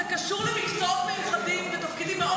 זה קשור למקצועות מיוחדים ותפקידים מאוד